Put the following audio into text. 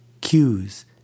cues